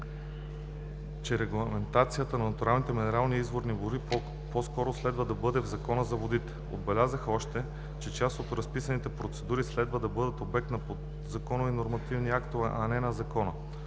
че регламентацията на натуралните минерални и изворни води по-скоро следва да бъде в Закона за водите. Отбелязаха още, че част от разписаните процедури следва да бъдат обект на подзаконови нормативни актове, а не на Закона.